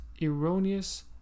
erroneous